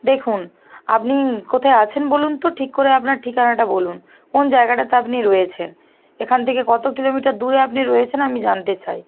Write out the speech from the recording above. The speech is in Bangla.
দেখুন আপনি কোথায় আছেন বলুন তো ঠিক করে আপনার ঠিকানাটা বলুন কোন জায়গাটাতে আপনি রয়েছেন এখান থেকে কতো কিলোমিটার দূরে আপনি রয়েছেন আমি জানতে চাই